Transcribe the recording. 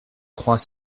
croix